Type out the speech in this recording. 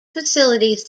facilities